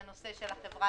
עמוד 4 בהגדרת "עובד